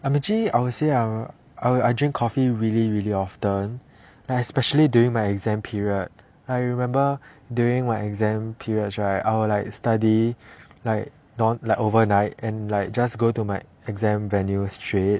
actually I would say I will I drink coffee really really often like especially during my exam period I remember during my exam periods right I will like study like overnight and like just go to my exam venue straight